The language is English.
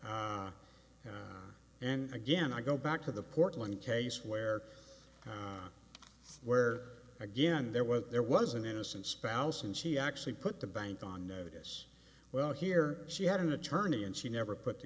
and again i go back to the portland case where where again there was there was an innocent spouse and she actually put the bank on notice well here she had an attorney and she never put the